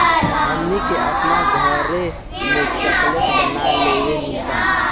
हमनी के आपन घरों में चॉकलेट बना लेवे नी सन